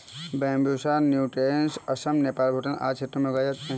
Bambusa nutans Assam, Nepal, Bhutan आदि क्षेत्रों में उगाए जाते है